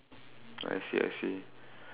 I see I see